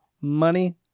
money